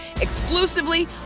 exclusively